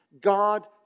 God